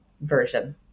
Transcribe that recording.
version